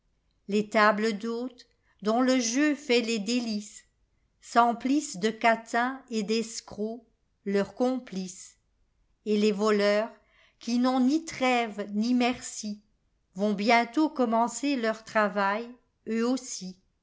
les tables d'hôte dont le jeu fait les délices s'emplissent de catins et d'escrocs leurs complices et les voleurs qui n'ont ni trêve ni merci vont bientôt commencer leur travail eux aussi